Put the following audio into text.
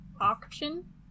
auction